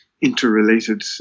interrelated